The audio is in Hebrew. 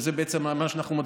ועל זה בעצם אנחנו מצביעים,